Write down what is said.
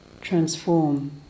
transform